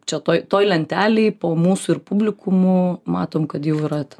čia toj toj lentelėj po mūsų ir publikumų matom kad jau ten